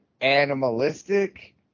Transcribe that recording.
animalistic